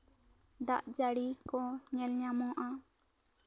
ᱫᱟᱜᱡᱟ ᱲᱤ ᱠᱚ ᱧᱮᱞ ᱧᱟᱢᱚᱜᱼᱟ